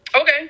Okay